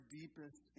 deepest